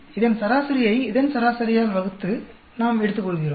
இதன் சராசரியை இதன் சராசரியால் வகுத்து நாம் எடுத்துக்கொள்கிறோம்